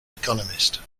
economist